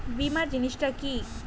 বীমা জিনিস টা কি?